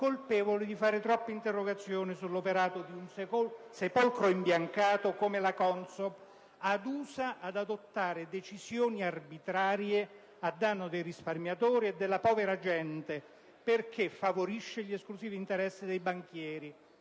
colpevoli di fare troppe interrogazioni sull'operato di un sepolcro imbiancato come la CONSOB, adusa ad adottare decisioni arbitrarie a danno dei risparmiatori e della povera gente, favorendo gli esclusivi interessi dei banchieri.